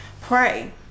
Pray